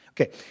Okay